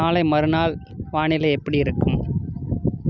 நாளை மறுநாள் வானிலை எப்படி இருக்கும்